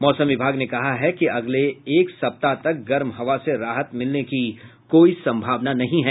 मौसम विभाग ने कहा है कि अगले एक सप्ताह तक गर्म हवा से राहत मिलने की कोई सम्भावना नहीं है